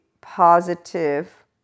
positive